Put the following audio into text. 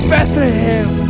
Bethlehem